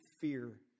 fear